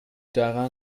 daran